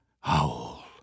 howl